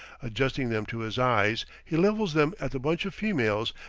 adjusting them to his eyes, he levels them at the bunch of females,